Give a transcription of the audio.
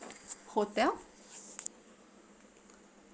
hotel